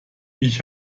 ich